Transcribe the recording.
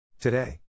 Today